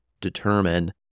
determine